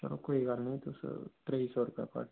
चलो कोई गल्ल निं तुस त्रेई सौ रपेआ ट्राली देई ओड़ेओ